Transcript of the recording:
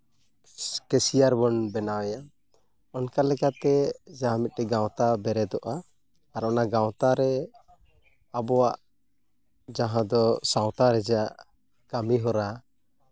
cashier ᱵᱚᱱ ᱵᱮᱱᱟᱣᱮᱭᱟ ᱚᱱᱠᱟᱞᱮᱠᱟᱛᱮ ᱡᱟᱦᱟᱸ ᱢᱤᱫᱴᱟᱹᱝ ᱜᱟᱶᱛᱟ ᱵᱮᱨᱮᱫᱚᱜᱼᱟ ᱟᱨ ᱚᱱᱟ ᱜᱟᱶᱛᱟ ᱨᱮ ᱟᱵᱚᱣᱟᱜ ᱡᱟᱦᱟᱸ ᱫᱚ ᱥᱟᱶᱛᱟ ᱨᱮᱭᱟᱜ ᱠᱟᱹᱢᱤᱦᱚᱨᱟ